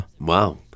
Wow